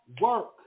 work